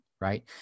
Right